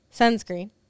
sunscreen